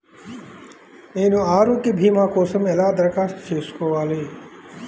నేను ఆరోగ్య భీమా కోసం ఎలా దరఖాస్తు చేసుకోవాలి?